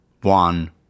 one